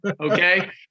Okay